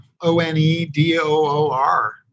O-N-E-D-O-O-R